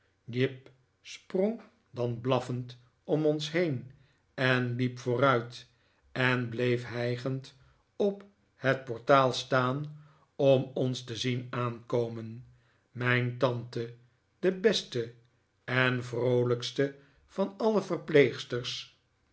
jip sprong dan blaffend om ons heen en liep vooruit en bleef hijgend op het portaal staan om ons te zien aankomen mijn tante de beste en vroolijkste van alle verpleegsters